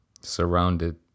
surrounded